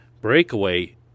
breakaway